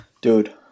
Dude